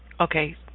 Okay